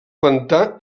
pantà